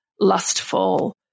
Lustful